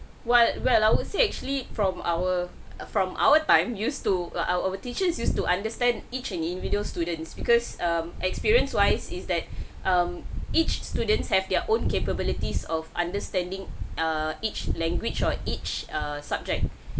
while well I would say actually from our from our time used to err our teachers used to understand each and individual students because um experience wise is that um each students have their own capabilities of understanding err each language or each subject